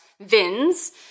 VINs